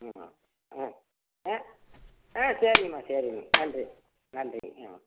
ம் ம் ம் ஆ சரிங்கம்மா சரிங்கம்மா நன்றி நன்றி ம்